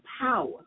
power